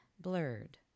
blurred